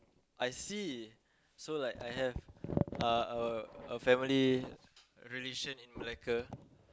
I see so like I have uh a a family relation in Malacca